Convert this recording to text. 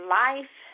life